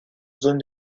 zone